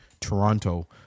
toronto